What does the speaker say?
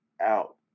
out